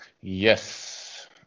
yes